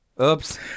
oops